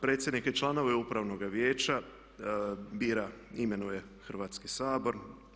Predsjednika i članove Upravnoga vijeća bira i imenuje Hrvatski sabor.